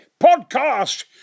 podcast